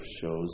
shows